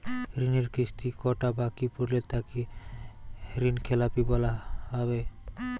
ঋণের কিস্তি কটা বাকি পড়লে তাকে ঋণখেলাপি বলা হবে?